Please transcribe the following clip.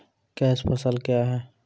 Cash फसल क्या हैं?